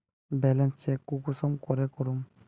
Balance check कुंसम करे करूम?